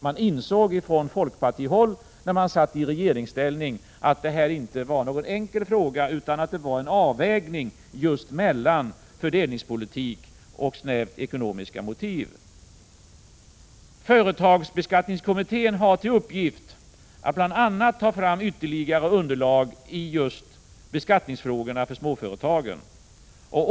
Man insåg på folkpartihåll, när man satt i regeringsställning, att det här inte var någon enkel fråga utan att det var en avvägning mellan fördelningspolitik och snävt ekonomiska motiv. Företagsbeskattningskommittén har till uppgift att bl.a. ta fram ytterligare underlag i just beskattningsfrågorna för småföretagen.